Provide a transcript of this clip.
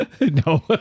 No